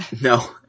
no